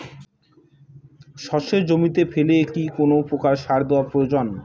সর্ষে জমিতে ফেলে কি কোন প্রকার সার দেওয়া প্রয়োজন?